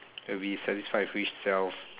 will be satisfied with which self